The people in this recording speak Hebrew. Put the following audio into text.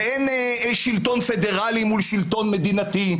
ואין שלטון פדרלי מול שלטון מדינתי,